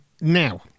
Now